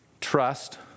trust